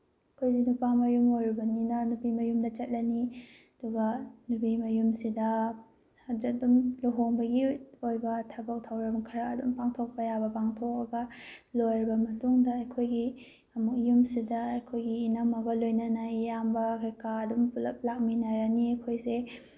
ꯑꯩꯈꯣꯏꯁꯦ ꯅꯨꯄꯥ ꯃꯌꯨꯝ ꯑꯣꯏꯔꯨꯕꯅꯤꯅ ꯅꯨꯄꯤ ꯃꯌꯨꯝꯗ ꯆꯠꯂꯅꯤ ꯑꯗꯨꯒ ꯅꯨꯄꯤ ꯃꯌꯨꯝꯁꯤꯗ ꯑꯗꯨꯝ ꯂꯨꯍꯣꯡꯕꯒꯤ ꯑꯣꯏꯕ ꯊꯕꯛ ꯊꯧꯔꯝ ꯈꯔ ꯑꯗꯨꯝ ꯄꯥꯡꯊꯣꯛꯄ ꯌꯥꯕ ꯄꯥꯡꯊꯣꯛꯑꯒ ꯂꯣꯏꯔꯕ ꯃꯇꯨꯡꯗ ꯑꯩꯈꯣꯏꯒꯤ ꯑꯃꯨꯛ ꯌꯨꯝꯁꯤꯗ ꯑꯩꯈꯣꯏꯒꯤ ꯏꯅꯝꯃꯒ ꯂꯣꯏꯅꯅ ꯏꯌꯥꯝꯕ ꯀꯩꯀꯥ ꯑꯗꯨꯝ ꯄꯨꯂꯞ ꯂꯥꯛꯃꯤꯟꯅꯔꯅꯤ ꯑꯩꯈꯣꯏꯁꯦ